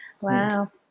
Wow